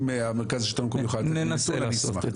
אם המרכז לשלטון מקומי יוכל לתת את הנתון, נשמח.